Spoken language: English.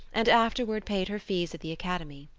and afterward paid her fees at the academy.